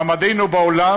מעמדנו בעולם,